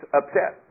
upset